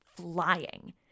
flying